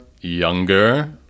Younger